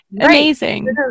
Amazing